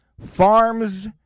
Farms